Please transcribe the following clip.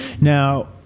Now